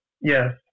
Yes